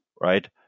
right